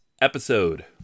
episode